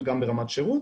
גם ברמת שירות